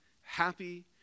happy